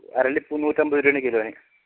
അരളിപ്പൂ നൂറ്റമ്പത് രൂപയാണ് കിലോയെ